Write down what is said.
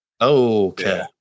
Okay